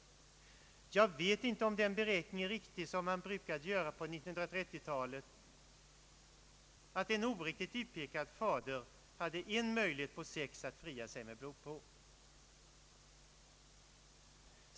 Jag vet inte om den beräkning är riktig som man brukade göra på 1930-talet, att en felaktigt utpekad fader hade en möjlighet på sex att fria sig med blodprov.